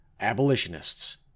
Abolitionists